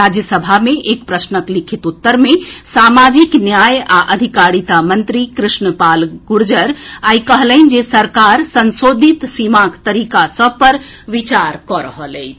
राज्यसभा मे एक प्रश्नक लिखित उत्तर मे सामाजिक न्याय आ अधिकारिता मंत्री कृष्ण पाल गुर्जर आइ कहलनि जे सरकार संशोधित सीमाक तरीका सभ पर विचार कऽ रहल अछि